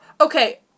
Okay